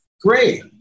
Great